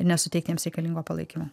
ir nesuteikt jiems reikalingo palaikymo